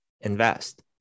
invest